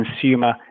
consumer